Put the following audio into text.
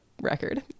record